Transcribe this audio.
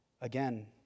again